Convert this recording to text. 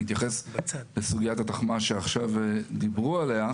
אני אתייחס לסוגיית התחמ"ש שעכשיו דיברו עליה.